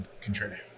contribute